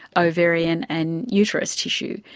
ovarian and uterus tissue.